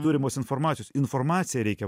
turimos informacijos informaciją reikia